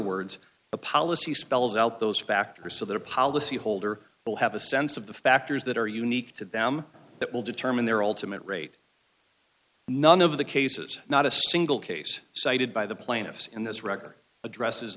words a policy spells out those factors so that a policy holder will have a sense of the factors that are unique to them that will determine their ultimate rate and none of the cases not a single case cited by the plaintiffs in this record addresses